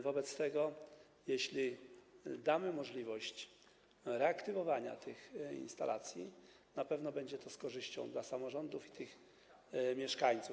Wobec tego, jeśli damy możliwość reaktywowania tych instalacji, to na pewno będzie to z korzyścią dla samorządów i mieszkańców.